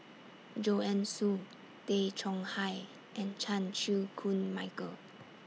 Joanne Soo Tay Chong Hai and Chan Chew Koon Michael